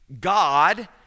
God